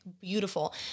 beautiful